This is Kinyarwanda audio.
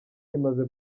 imaze